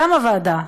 קמה ועדה,